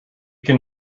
can